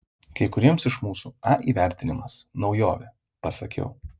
kai kuriems iš mūsų a įvertinimas naujovė pasakiau